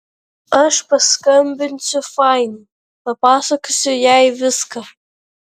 aš paskambinsiu fain papasakosiu jai viską